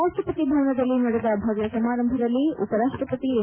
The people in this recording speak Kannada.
ರಾಷ್ಟಪತಿ ಭವನದಲ್ಲಿ ನಡೆದ ಭವ್ದ ಸಮಾರಂಭದಲ್ಲಿ ಉಪರಾಷ್ಟಪತಿ ಎಂ